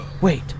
Wait